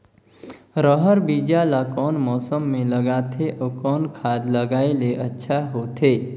रहर बीजा ला कौन मौसम मे लगाथे अउ कौन खाद लगायेले अच्छा होथे?